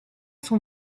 sont